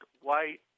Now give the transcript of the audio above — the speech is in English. white